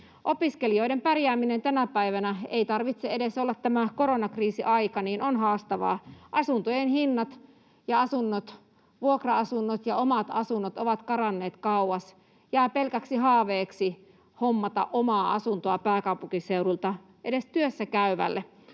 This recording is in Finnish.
Opiskelijoiden pärjääminen tänä päivänä — ei tarvitse olla edes tämä koronakriisiaika — on haastavaa. Asuntojen hinnat ja asunnot, vuokra-asunnot ja omat asunnot, ovat karanneet kauas. Jää pelkäksi haaveeksi hommata oma asunto pääkaupunkiseudulta jopa työssäkäyvälle,